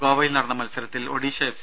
ഗോവയിൽ നടന്ന മത്സരത്തിൽ ഒഡീഷ എഫ്